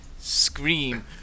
scream